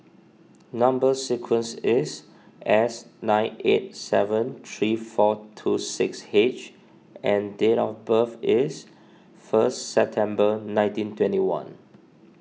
Number Sequence is S nine eight seven three four two six H and date of birth is first September nineteen twenty one